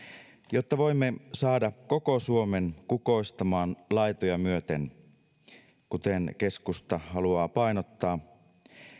jotta voimme saada koko suomen kukoistamaan laitoja myöten kuten keskusta haluaa painottaa